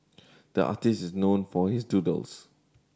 the artist is known for his doodles